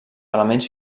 elements